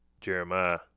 Jeremiah